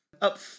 Up